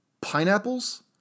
pineapples